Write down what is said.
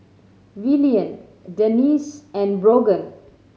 Willian Denisse and Brogan